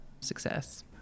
success